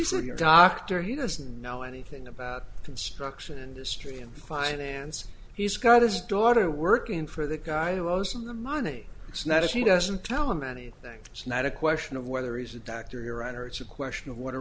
so your doctor he doesn't know anything about construction industry and finance he's got his daughter working for the guy who was in the money it's not if she doesn't tell him anything it's not a question of whether he's attacked or iran or it's a question of what a